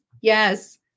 yes